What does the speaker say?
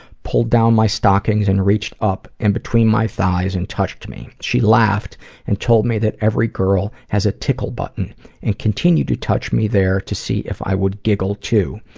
pulled down my stockings and reached up, in between my thighs and touched me. she laughed and told me that every girl has a tickle button and continued to touch me there to see if i would giggle too.